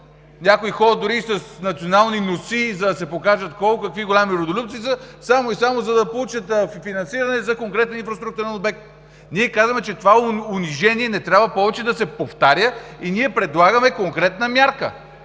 някои ходят дори и с национални носии, за да се покажат колко големи родолюбци са, само и само да получат финансиране за конкретен инфраструктурен обект. Ние казваме, че това унижение не трябва повече да се повтаря и предлагаме конкретна мярка.